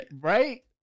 Right